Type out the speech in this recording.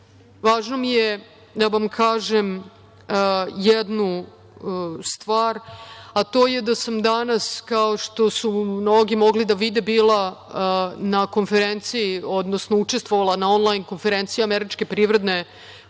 važno mi je da vam kažem jednu stvar, a to je da sam danas kao što su mnogi mogli da vide, bila na konferenciji, odnosno učestvovala na onlajn konferenciji Američke privredne komore